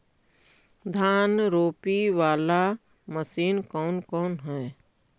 धान रोपी बाला मशिन कौन कौन है?